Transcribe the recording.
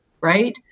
right